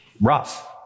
Rough